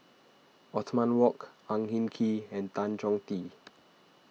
Othman Wok Ang Hin Kee and Tan Chong Tee